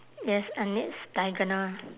yes and it's diagonal